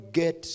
get